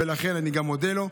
לכן אני מודה לו.